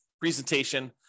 presentation